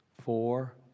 four